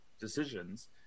decisions